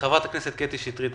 חברת הכנסת קטי שטרית.